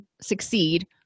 succeed